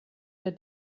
der